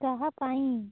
କାହାପାଇଁ